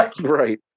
Right